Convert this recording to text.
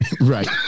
Right